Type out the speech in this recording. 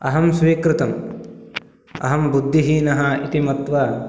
अहं स्वीकृतं अहं बुद्धिहीनः इति मत्वा